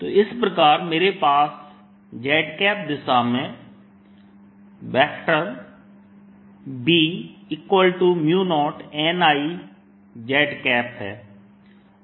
तो इस प्रकार मेरे पास z दिशा में B0nI z है